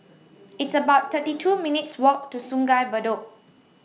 It's about thirty two minutes' Walk to Sungei Bedok